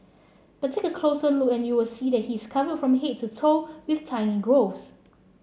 but take a closer look and you will see he is covered from head to toe with tiny growths